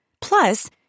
Plus